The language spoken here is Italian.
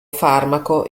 farmaco